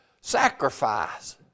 sacrifice